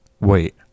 Wait